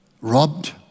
Robbed